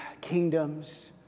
kingdoms